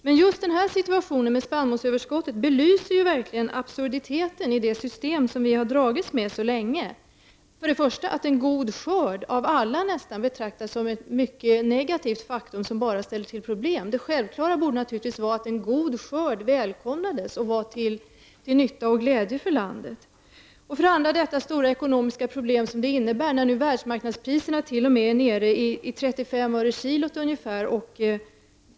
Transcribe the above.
Men just situationen med spannmålsöverskottet belyser absurditeten i det system som vi har dragits med så länge. För det första detta att en god skörd av nästan alla betraktas som ett mycket negativt faktum som bara ställer till problem. En god skörd borde naturligtvis välkomnas och vara till nytta och glädje för landet. För det andra det stora ekonomiska problem som det innebär att t.o.m. världsmarknadspriserna nu är nere i ungefär 35 öre per kilo.